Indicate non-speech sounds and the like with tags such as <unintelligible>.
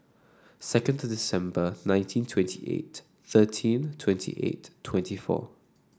second <unintelligible> December nineteen twenty eight thirteen twenty eight twenty four